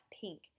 pink